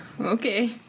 okay